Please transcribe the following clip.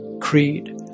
creed